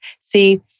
See